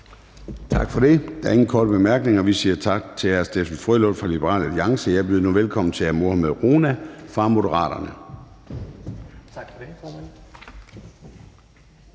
Tak for det. Der er ikke nogen korte bemærkninger. Vi siger tak til hr. Steffen W. Frølund fra Liberal Alliance. Jeg byder nu velkommen til hr. Mohammad Rona fra Moderaterne.